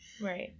right